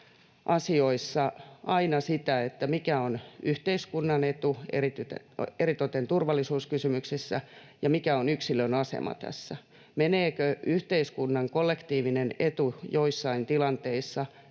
asioissa aina sitä, mikä on yhteiskunnan etu, eritoten turvallisuuskysymyksissä, ja mikä on yksilön asema tässä, meneekö yhteiskunnan kollektiivinen etu joissain tilanteissa